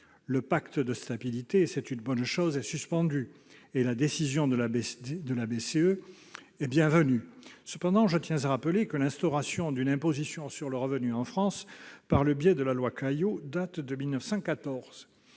Le pacte de stabilité- c'est une bonne chose -est suspendu. La décision de la BCE est bienvenue. Toutefois, je tiens à rappeler que l'instauration d'une imposition sur le revenu en France, par le biais de la loi Caillaux, date de 1914.